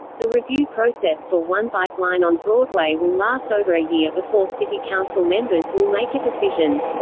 the review process for one bike line on broadway will last over a year before city council members will make a decision.